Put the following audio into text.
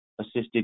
assisted